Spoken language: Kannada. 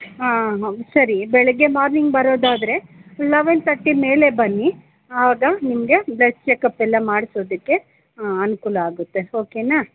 ಹಾಂ ಸರಿ ಬೆಳಿಗ್ಗೆ ಮಾರ್ನಿಂಗ್ ಬರೋದಾದ್ರೆ ಲೆವೆನ್ ಥರ್ಟಿ ಮೇಲೆ ಬನ್ನಿ ಆಗ ನಿಮಗೆ ಬ್ಲಡ್ ಚೆಕಪ್ಪೆಲ್ಲ ಮಾಡಿಸೋದಕ್ಕೆ ಅನುಕೂಲ ಆಗತ್ತೆ ಓಕೆನಾ